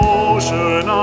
ocean